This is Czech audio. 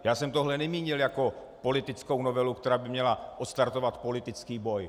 Já jsem tohle nemínil jako politickou novelu, která by měla odstartovat politický boj.